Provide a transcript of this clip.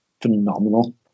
phenomenal